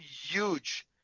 huge